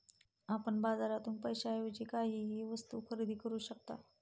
आपण बाजारातून पैशाएवजी काहीही वस्तु खरेदी करू शकता